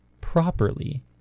properly